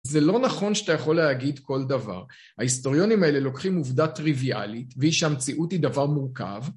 זה לא נכון שאתה יכול להגיד כל דבר. ההיסטוריונים האלה לוקחים עובדה טריוויאלית והיא שהמציאות היא דבר מורכב.